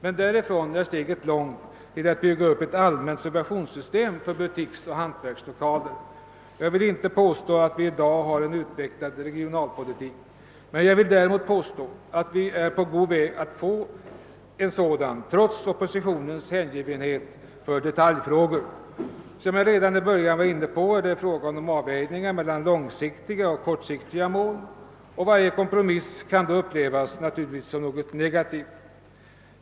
Men därifrån är steget långt till att bygga upp ett allmänt subventionssystem för Jag vill inte påstå att vi i dag har en utvecklad regionalpolitik; däremot vill jag påstå att vi är på god väg att få en sådan trots oppositionens hängivenhet för detaljfrågor. Som jag redan i början av mitt anförande var inne på är det fråga om avvägningar mellan långsiktiga och kortsiktiga mål, och varje kompromiss kan då upplevas som något negativt.